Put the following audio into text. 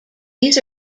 these